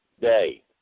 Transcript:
day